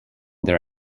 their